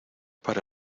para